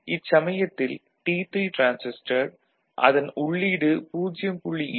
இச்சமயத்தில் T3 transistor அதன் உள்ளீடு 0